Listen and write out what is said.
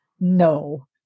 No